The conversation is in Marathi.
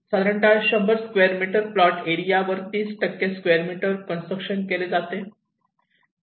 साधारणतः 100 स्क्वेअर मीटर प्लॉट एरिया वर 30 स्क्वेअर मीटर कंस्ट्रक्शन केले जाते